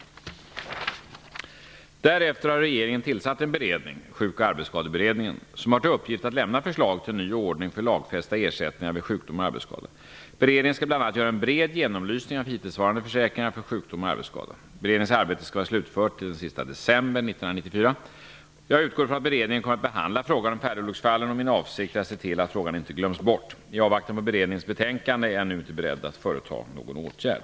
Därefter har regeringen tillsatt en beredning -- som har till uppgift att lämna förslag till en ny ord ning för lagfästa ersättningar vid sjukdom och ar betsskada. Beredningen skall bl.a. göra en bred genomlysning av hittillsvarande försäkringar för sjukdom och arbetsskada. Beredningens arbete skall vara slutfört den 31 december 1994. Jag utgår från att beredningen kommer att be handla frågan om färdolycksfallen, och min avsikt är att se till att frågan inte glöms bort. I avvaktan på beredningens betänkande är jag inte nu beredd att företa någon åtgärd.